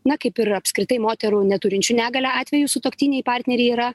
na kaip ir apskritai moterų neturinčių negalią atveju sutuoktiniai partneriai yra